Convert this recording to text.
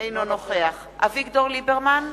אינו נוכח אביגדור ליברמן,